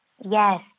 Yes